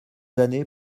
années